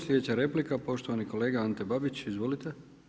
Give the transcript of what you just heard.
Slijedeća replika poštovani kolega Ante Babić, izvolite.